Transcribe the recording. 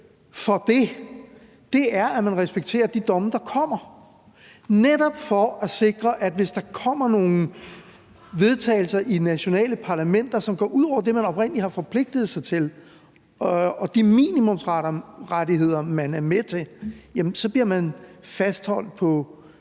for det, er, at man respekterer de domme, der kommer, netop for at sikre, at hvis der bliver vedtaget noget i de nationale parlamenter, som går imod det, man oprindelig har forpligtet sig til, og de minimumsrettigheder, man er med på, så bliver man fastholdt på